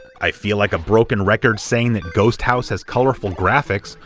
i feel like a broken record saying that ghost house has colorful graphics,